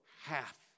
half